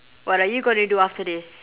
what are you gonna do after this